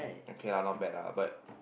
okay lah not bad lah but